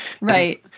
Right